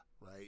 right